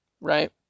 right